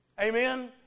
Amen